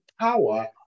power